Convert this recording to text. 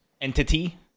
entity